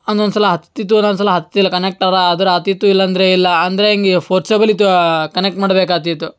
ಒಂದೊಂದು ಸಲ ಹತ್ತುತ್ತಿತ್ತು ಒಂದೊಂದು ಸಲ ಹತ್ತಿಲ್ಲ ಕನೆಕ್ಟರ ಆದ್ರೆ ಆಗ್ತಿತ್ತು ಇಲ್ಲಾಂದ್ರೆ ಇಲ್ಲ ಅಂದರೆ ಹಿಂಗೆ ಫೋರ್ಸೇಬಲಿ ಕನೆಕ್ಟ್ ಮಾಡ್ಬೇಕಾಗ್ತಿತ್ತು